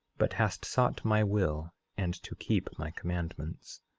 but hast sought my will, and to keep my commandments.